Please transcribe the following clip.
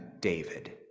David